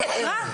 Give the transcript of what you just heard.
הוקרא.